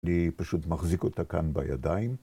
אני פשוט מחזיק אותה כאן בידיים.